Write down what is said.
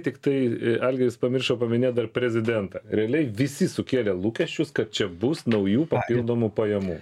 tiktai algirdas pamiršo paminėt dar prezidentą realiai visi sukėlė lūkesčius kad čia bus naujų papildomų pajamų